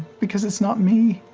because it's not me,